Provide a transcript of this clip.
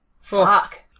Fuck